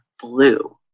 blue